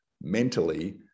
mentally